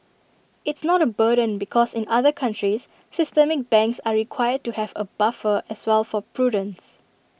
it's not A burden because in other countries systemic banks are required to have A buffer as well for prudence